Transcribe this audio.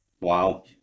Wow